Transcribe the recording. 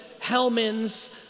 Hellman's